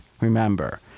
remember